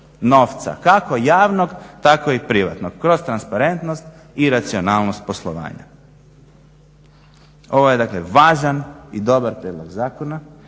kako javnog tako i privatnog kroz transparentnost i racionalnog poslovanja. Ovo je dakle važan i dobar prijedlog zakona.